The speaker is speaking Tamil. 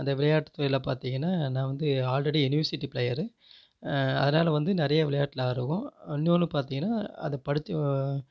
அந்த விளையாட்டு துறையில் பார்த்தீங்கன்னா நான் வந்து ஆல்ரெடி யூனிவர்சிட்டி பிளேயரு அதனால் வந்து நிறைய விளையாட்டில் ஆர்வம் இன்னோன்று பார்த்தீங்கன்னா அதை படுத்தி ஓ